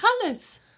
colours